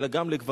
אלא גם לגברים,